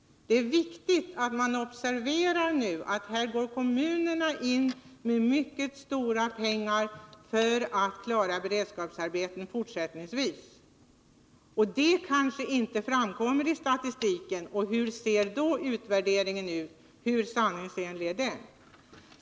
Det är viktigt att man observerar att kommunerna går in med mycket stora belopp för att klara beredskapsarbeten fortsättningsvis. Detta kanske inte framgår av statistiken. Hur ser då utvärderingen ut? Hur sanningsenlig är den?